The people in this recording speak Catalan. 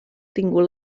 tingut